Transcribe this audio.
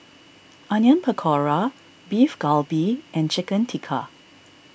Onion Pakora Beef Galbi and Chicken Tikka